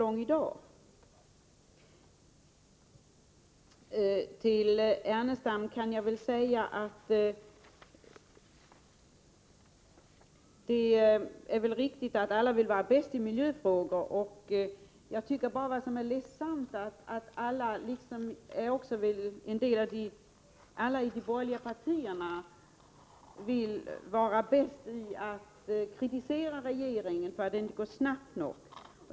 onerna, men vi skall inte flytta dem för långt fram. Jag har redan gett Det är väl riktigt, Lars Ernestam, att alla partier vill vara bäst i miljöfrågor. Vad som är ledsamt är dock att de borgerliga partierna strider om att vara bäst när det gäller att kritisera regeringen för att inte arbeta snabbt nog i dessa frågor.